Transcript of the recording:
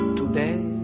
today